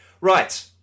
Right